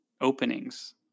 openings